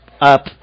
up